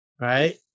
right